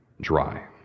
dry